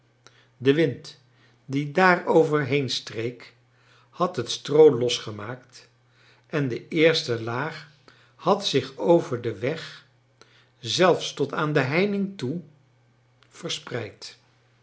de wind die daarover heenstreek had het stroo losgemaakt en de eerste laag had zich over den weg zelfs tot aan de heining toe verspreid